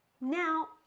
now